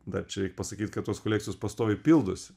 dar čia reik pasakyt kad tos kolekcijos pastoviai pildosi